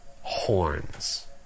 horns